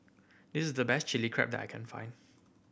this's the best Chili Crab that I can find